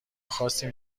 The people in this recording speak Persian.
خواستیم